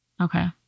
Okay